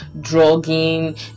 drugging